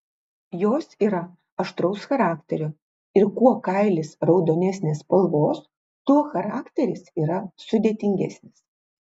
jos yra aštraus charakterio ir kuo kailis raudonesnės spalvos tuo charakteris yra sudėtingesnis